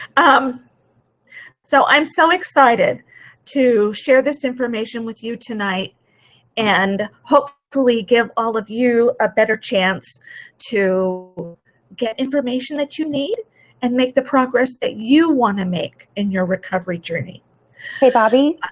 um so i'm so excited to share this information with you tonight and hopefully give all of you a better chance to get information that you need and make the progress that you want to make in your recovery journey. athena hi bobbi. i'm